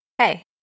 Hey